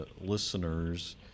listeners